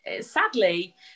sadly